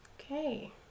Okay